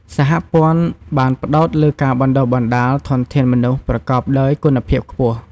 សហព័ន្ធបានផ្តោតលើការបណ្ដុះបណ្ដាលធនធានមនុស្សប្រកបដោយគុណភាពខ្ពស់។